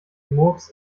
murks